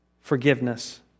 forgiveness